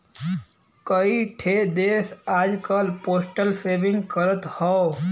कई ठे देस आजकल पोस्टल सेविंग करत हौ